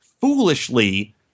foolishly